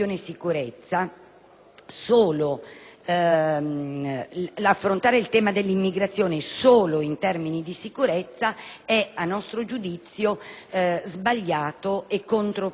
Affrontare invece il tema dell'immigrazione solo in termini di sicurezza è, a nostro modo di vedere, sbagliato e controproducente.